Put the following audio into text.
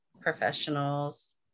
professionals